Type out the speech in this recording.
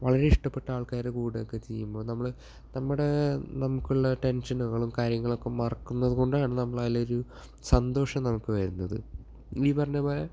വളരെയിഷ്ടപ്പെട്ട ആൾക്കാരുടെ കൂടെയൊക്കെ ചെയ്യുമ്പോൾ നമ്മൾ നമ്മുടെ നമുക്കുള്ള ടെൻഷനുകളും കാര്യങ്ങളൊക്കെ മറക്കുന്നതു കൊണ്ടാണ് നമ്മളതിലൊരു സന്തോഷം നമുക്ക് വരുന്നത് ഈ പറഞ്ഞതു പോലെ